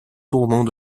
tourments